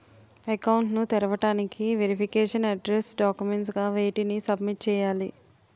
Account ను తెరవటానికి verification address documents గా వేటిని సబ్మిట్ చేయాలి?